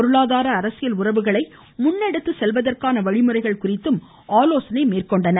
பொருளாதார அரசியல் உறவுகளை முன்னெடுத்து இருதலைவர்களும் செல்வதற்கான வழிமுறைகள் குறித்தும் ஆலோசனை மேற்கொண்டனர்